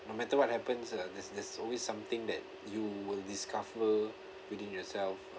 no matter what happens uh there's there's always something that you will discover within yourself